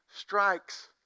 strikes